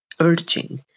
urging